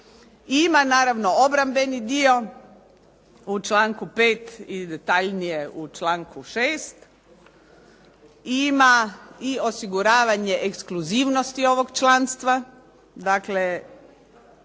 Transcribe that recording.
ima naravno obrambeni dio u članku 5. i detaljnije u članku 6. I ima i osiguravanje ekskluzivnosti ovog članstva. Dakle,